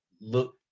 look